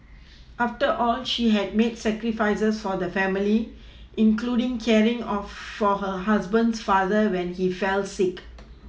after all she had made sacrifices for the family including caring of for her husband's father when he fell sick